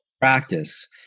practice